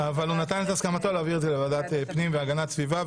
התשפ"א 2021 (פ/2056/24),